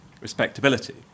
respectability